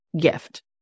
gift